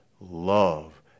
love